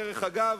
דרך אגב,